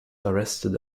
arrested